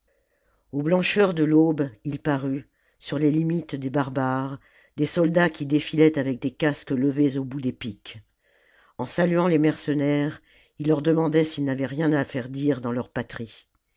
aux blancheurs de l'aube il parut sur les hmites des barbares des soldats qui défilaient avec des casques levés au bout des piques en saluant les mercenaires ils leur demandaient s'ils n'avaient rien à faire dire dans leurs patries